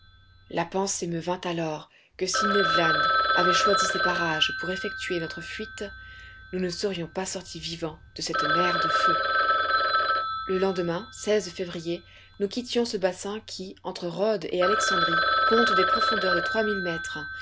la pensée me vint alors que si ned land avait choisi ces parages pour effectuer notre fuite nous ne serions pas sortis vivants de cette mer de feu le lendemain février nous quittions ce bassin qui entre rhodes et alexandrie compte des profondeurs de trois mille mètres